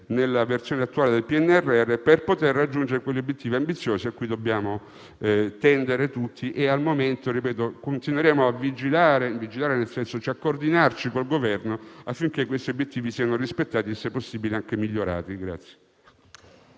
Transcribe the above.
nella versione attuale del PNRR, per poter raggiungere quegli obiettivi ambiziosi a cui dobbiamo tendere tutti. Al momento, ripeto che continueremo a vigilare e a coordinarci con il Governo affinché questi obiettivi siano rispettati e, se possibile, anche migliorati.